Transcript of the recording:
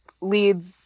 leads